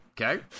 Okay